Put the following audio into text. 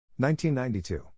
1992